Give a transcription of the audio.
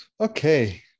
Okay